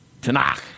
Tanakh